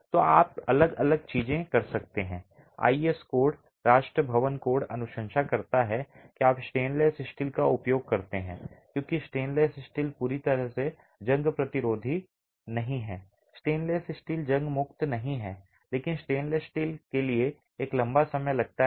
तो आप अलग अलग चीजें कर सकते हैं आईएस कोड राष्ट्रीय भवन कोड अनुशंसा करता है कि आप स्टेनलेस स्टील का उपयोग करते हैं क्योंकि स्टेनलेस स्टील पूरी तरह से जंग प्रतिरोधी नहीं है स्टेनलेस स्टील जंग मुक्त नहीं है लेकिन स्टेनलेस स्टील के लिए एक लंबा समय लगता है